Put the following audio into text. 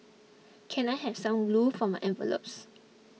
can I have some glue for my envelopes